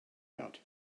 out